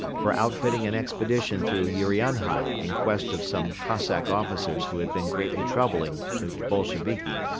for outfitting an expedition through urianhai in quest of some cossack officers who had been greatly troubling the bolsheviki.